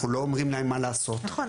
אנחנו לא אומרים להם מה לעשות --- נכון,